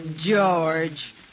George